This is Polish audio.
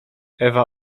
ewa